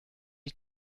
die